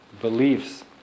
beliefs